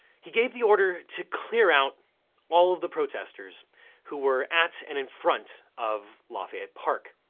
he gave the order to clear out all of the protesters who were at and in front of lafayette park.